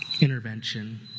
intervention